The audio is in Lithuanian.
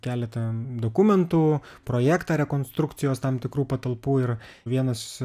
keletą dokumentų projektą rekonstrukcijos tam tikrų patalpų ir vienas